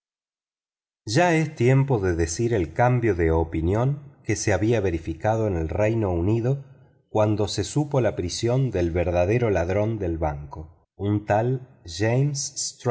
ya es tiempo de decir el cambio de opinión que se había verificado en el reino unido cuando se supo la prisión del verdadero ladrón del banco un tal james